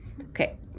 okay